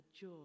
joy